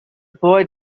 boy